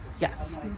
Yes